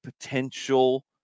potential